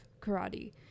karate